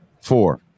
four